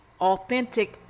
authentic